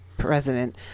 president